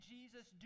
Jesus